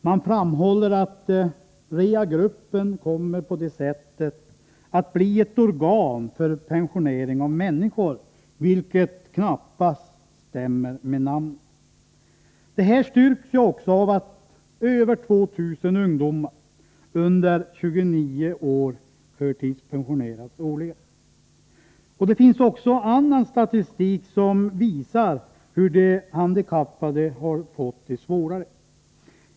Man framhåller att reha-gruppen på det sättet kommer att bli ett organ för pensionering av människor, vilket knappast stämmer överens med namnet. Detta styrks också av att över 2 000 ungdomar under 29 år årligen förtidspensioneras. Det finns också annan statistik som visar hur de handikappade har fått det svårare.